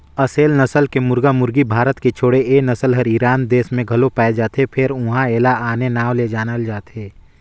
असेल नसल के मुरगा मुरगी भारत के छोड़े ए नसल हर ईरान देस में घलो पाये जाथे फेर उन्हा एला आने नांव ले जानल जाथे